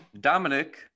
Dominic